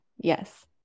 Yes